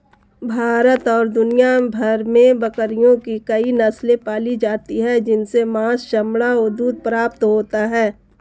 भारत और दुनिया भर में बकरियों की कई नस्ले पाली जाती हैं जिनसे मांस, चमड़ा व दूध प्राप्त होता है